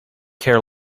care